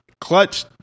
clutch